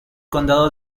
condado